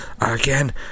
again